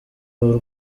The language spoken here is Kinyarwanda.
ubu